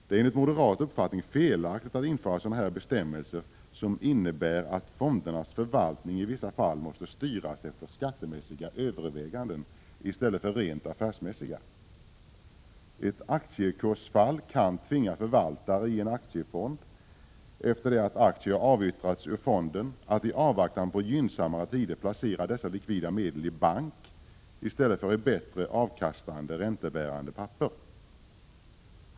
Det är enligt moderat uppfattning felaktigt att införa bestämmelser som innebär att fondernas förvaltning i vissa fall måste styras efter skattemässiga överväganden i stället för efter rent affärsmässiga sådana. Ett aktiekursfall kan tvinga förvaltare i en aktiefond, efter det att aktier avyttrats ur fonden, att i avvaktan på gynnsammare tider placera dessa likvida medel i bank i stället för i räntebärande papper med bättre avkastning.